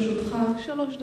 לרשותך שלוש דקות.